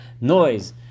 noise